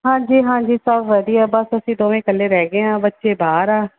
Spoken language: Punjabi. ਹਾਂਜੀ ਹਾਂਜੀ ਸਭ ਵਧੀਆ ਬਸ ਅਸੀਂ ਦੋਵੇਂ ਇਕੱਲੇ ਰਹਿ ਗਏ ਹਾਂ ਬੱਚੇ ਬਾਹਰ ਆ